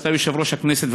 אתה יושב-ראש הכנסת,